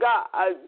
God